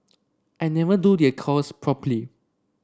I never do the accounts properly